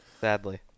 sadly